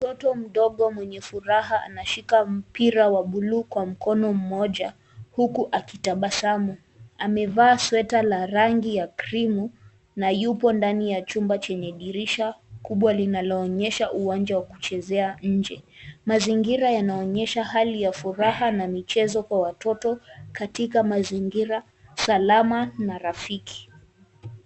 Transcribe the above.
Mtoto mdogo mwenye furaha anashika mpira wa blue kwa mkono mmoja huku akitabasamu. Amevaa sweta la rangi ya krimu na yupo ndani ya chumba chenye dirisha kubwa linaloonyesha uwanja wa kuchezea nje. Mazingira yanaonyesha hali ya furaha na michezo kwa watoto katika mazingira salama na rafiki.